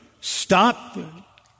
Stop